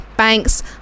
banks